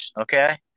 Okay